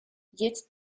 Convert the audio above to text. jetzt